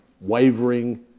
wavering